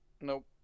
Nope